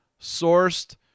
sourced